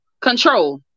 Control